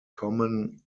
common